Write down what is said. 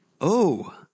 Oh